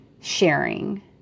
sharing